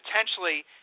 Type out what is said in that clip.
potentially